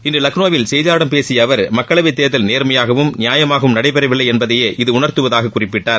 இன்று லக்னோவில் செய்தியாளர்களிடம் பேசிய அவர் மக்களவை தேர்தல் நேர்மையாகவும் நியாயமாகவும் நடைபெறவில்லை என்பதேயே இத உணர்த்துவதாக குறிப்பிட்டார்